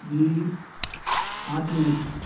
जी पाँच मिनट